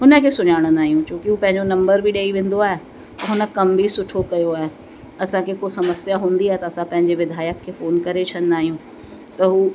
उन खे सुञाणंदा आहियूं छो जो हू पंहिंजो नम्बर बि ॾेई वेंदो आहे हुन कम बि सुठो कयो आहे असांखे को समस्या हूंदी आहे त असां पंहिंजे विधायक खे फोन करे छॾंदा आहियूं त हू